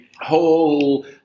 whole